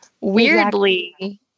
Weirdly